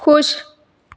ਖੁਸ਼